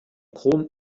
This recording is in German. chrom